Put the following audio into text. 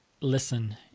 listen